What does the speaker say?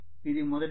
ఇది మొదటి పాయింట్